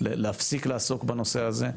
להפסיק לעסוק בנושא הזה.